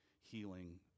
healing